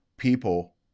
people